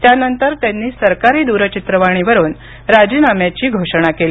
त्यानंतर त्यांनी सरकारी दूरचित्रवाणीवरुन राजीनाम्याची घोषणा केली